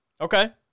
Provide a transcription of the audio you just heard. Okay